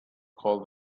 call